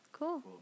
Cool